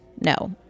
No